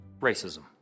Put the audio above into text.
Racism